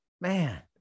man